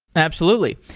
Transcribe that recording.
absolutely.